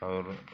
और